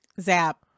zap